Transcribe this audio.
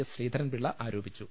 S Sreedharan Pillai ആരോപിച്ചു